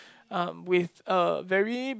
um with uh very